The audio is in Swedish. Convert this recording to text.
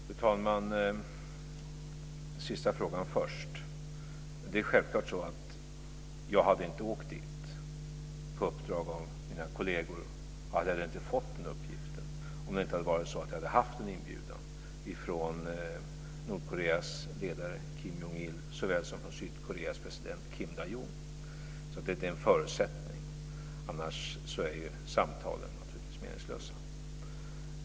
Fru talman! Den sista frågan först. Självklart hade jag inte åkt dit på uppdrag av mina kolleger och jag hade inte fått den uppgiften om det inte hade varit så att jag hade haft en inbjudan från såväl Nordkoreas ledare Kim Jong Il som från Sydkoreas president Kim Dae Jung. Detta är en förutsättning. Annars är samtalen naturligtvis meningslösa.